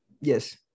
Yes